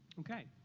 okay.